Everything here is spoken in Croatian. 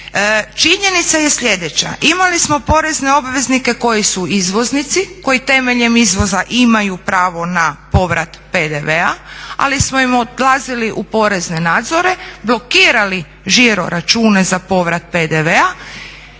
činjenica je slijedeća imali smo porezne obveznike koji su izvoznici, koji temeljem izvoza imaju pravo na povrat PDV-a ali smo im odlazili u porezne nadzore, blokirali žiro račune za povrat PDV-a